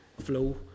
flow